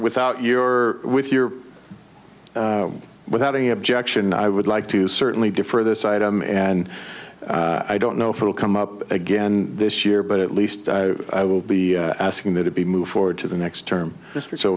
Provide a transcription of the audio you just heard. without your with your without any objection i would like to certainly defer this item and i don't know if it'll come up again this year but at least i will be asking that it be moved forward to the next term so